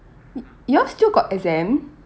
you all still got exam